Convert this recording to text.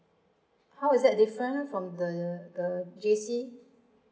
how is that different from the the J_C